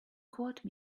quote